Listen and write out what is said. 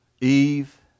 Eve